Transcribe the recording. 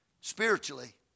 spiritually